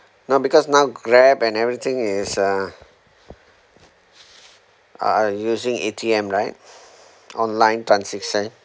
now because now grab and everything is uh uh using A_T_M right online transaction